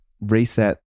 reset